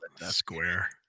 Square